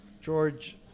George